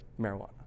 marijuana